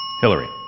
Hillary